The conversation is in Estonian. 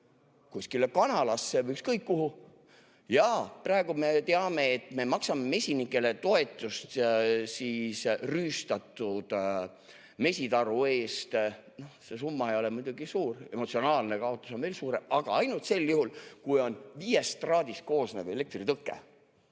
kuskile kanalasse või ükskõik kuhu. Jaa, me teame, et me maksame mesinikele toetust rüüstatud mesitaru eest. See summa ei ole muidugi suur, emotsionaalne kaotus on suurem, aga [maksame] ainult sel juhul, kui on viiest traadist koosnev elektritõke.